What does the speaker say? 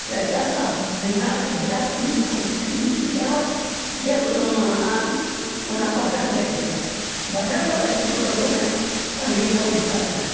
ᱨᱟᱪᱟ ᱥᱟᱶ ᱵᱮᱸᱜᱟᱲ ᱵᱮᱞᱟᱹᱛᱤ ᱠᱚᱯᱤ ᱯᱮᱸᱭᱟᱡᱽ ᱡᱮᱠᱳᱱᱳ ᱢᱟᱞᱦᱟᱱ ᱚᱱᱟ ᱵᱟᱫᱟᱞ ᱞᱮ ᱤᱫᱤᱭᱟ ᱵᱟᱡᱟᱨ ᱦᱚᱸ ᱮᱠᱴᱩᱠᱩ ᱫᱚ ᱫᱚᱢᱮ ᱥᱟᱺᱜᱤᱧ ᱧᱚᱜ ᱜᱮᱛᱟᱞᱮᱭᱟ